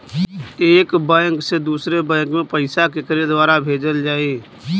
एक बैंक से दूसरे बैंक मे पैसा केकरे द्वारा भेजल जाई?